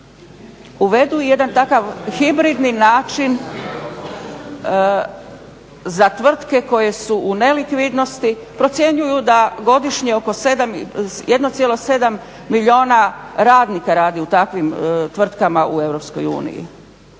uvedu jedan takav hibridni način za tvrtke koje su u nelikvidnosti, procjenjuju da godišnje oko 1,7 milijuna radnika radi u takvim tvrtkama u EU.